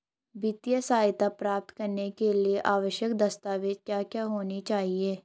वित्तीय सहायता प्राप्त करने के लिए आवश्यक दस्तावेज क्या क्या होनी चाहिए?